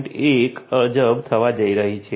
1 અબજ થવા જઈ રહી છે